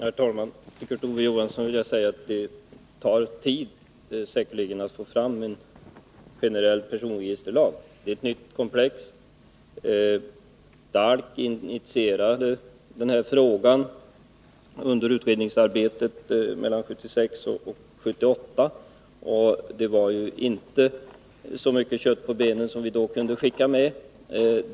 Herr talman! Till Kurt Ove Johansson vill jag säga att det säkerligen tar tid att få fram en generell personregisterlag. Det är ett nytt komplex. DALK initierade den här frågan under utredningsarbetet 1976-1978, och det var inte så mycket kött på benen som vi kunde skicka med då.